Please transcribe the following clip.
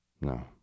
no